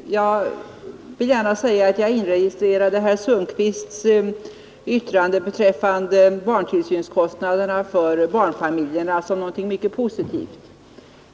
Herr talman! Jag vill gärna säga att jag inregistrerade herr Sundkvists yttrande beträffande barntillsynskostnaderna för barnfamiljerna som någonting mycket positivt.